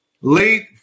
late